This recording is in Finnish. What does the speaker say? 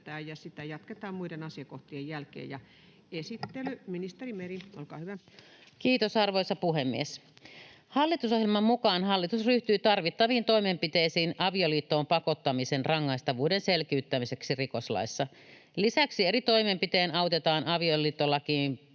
rikoslain 25 luvun 3 §:n muuttamisesta Time: 16:30 Content: Kiitos, arvoisa puhemies! Hallitusohjelman mukaan hallitus ryhtyy tarvittaviin toimenpiteisiin avioliittoon pakottamisen rangaistavuuden selkiyttämiseksi rikoslaissa. Lisäksi eri toimenpitein autetaan avioliittolakiin